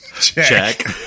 check